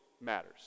matters